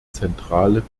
zentrale